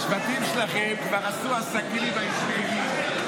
השבטים שלכם כבר עשו עסקים עם הישמעאלים.